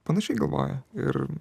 panašiai galvoja ir